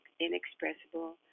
inexpressible